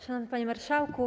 Szanowny Panie Marszałku!